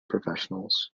professionals